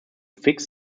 fix